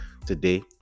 Today